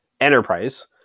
enterprise